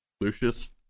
Lucius